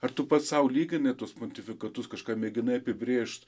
ar tu pats sau lygni tuos pontifikatus kažką mėginai apibrėžt